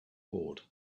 board